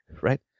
right